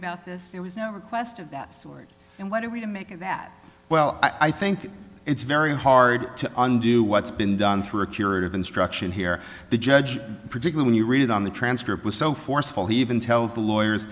about this there was no request of that story and what are we to make of that well i think it's very hard to undo what's been done through a curative instruction here the judge particular when you read it on the transcript was so forceful he even tells the lawyers